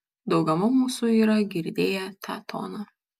dauguma mūsų yra girdėję tą toną